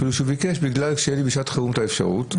אפילו שביקש כדי שתהיה לי בשעת חירום את האפשרות,